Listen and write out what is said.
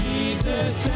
Jesus